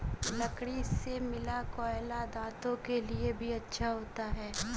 लकड़ी से मिला कोयला दांतों के लिए भी अच्छा होता है